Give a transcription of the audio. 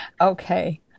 Okay